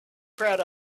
crowd